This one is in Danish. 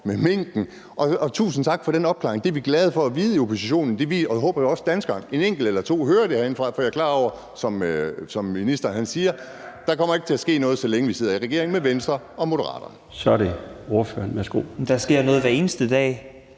med minken, og tusind tak for den opklaring. Det er vi glade for at vide i oppositionen. Det håber jeg også danskerne, en enkelt eller to, hører herindefra, for jeg er klar over, som ministeren siger: Der kommer ikke til at ske noget, så længe vi sidder i regering med Venstre og Moderaterne. Kl. 16:35 Den fg. formand